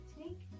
take